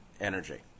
energy